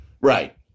Right